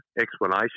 explanation